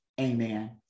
amen